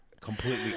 completely